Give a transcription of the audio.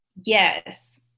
Yes